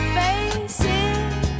faces